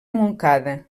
montcada